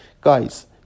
Guys